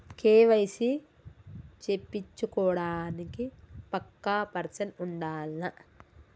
KYC చేపిచ్చుకోవడానికి పక్కా person ఉండాల్నా?